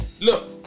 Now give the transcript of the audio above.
Look